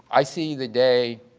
i see the day,